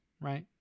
right